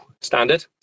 Standard